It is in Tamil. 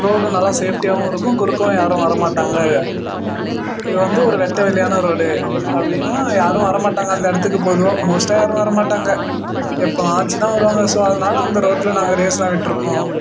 ரோடு நல்லா சேஃப்ட்டியாகவும் இருக்கும் குறுக்கவும் யாரும் வரமாட்டாங்க இது வந்து ஒரு வெட்ட வெளியான ரோடு அப்படின்னா யாரும் வரமாட்டாங்க அந்த இடத்துக்குப் பொதுவாக மோஸ்ட்டாக யாரும் வரமாட்டாங்க எப்பனாச்சு தான் வருவாங்க ஸோ அதனால் அந்த ரோடில் நாங்கள் ரேஸ்லாம் விட்டிருக்கோம்